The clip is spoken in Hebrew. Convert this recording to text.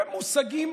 אלה מושגים,